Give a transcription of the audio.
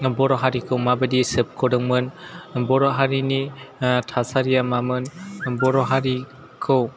बर' हारिखौ माबायदि सोबख'दोंमोन बर' हारिनि थासारिया मामोन बर' हारिखौ